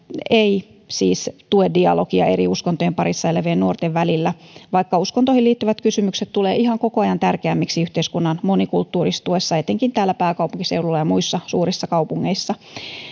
ei siis tue dialogia eri uskontojen parissa elävien nuorten välillä vaikka uskontoihin liittyvät kysymykset tulevat ihan koko ajan tärkeämmiksi yhteiskunnan monikulttuuristuessa etenkin täällä pääkaupunkiseudulla ja muissa suurissa kaupungeissa